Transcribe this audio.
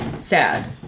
sad